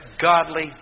godly